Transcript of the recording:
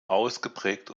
ausgeprägt